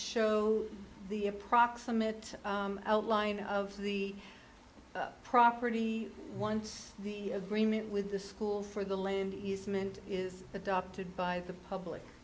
show the approximate outline of the property once the agreement with the school for the land easement is adopted by the public